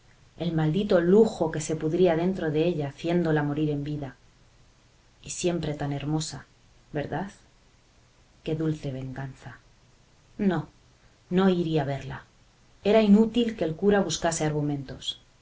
el maldito lujo que se pudría dentro de ella haciéndola morir en vida y siempre tan hermosa verdad qué dulce venganza no no iría a verla era inútil que el cura buscase argumentos